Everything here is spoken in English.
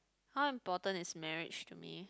how important is marriage to me